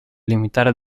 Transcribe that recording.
limitare